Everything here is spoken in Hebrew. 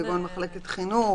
כגון מחלקת חינוך.